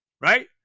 right